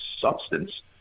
substance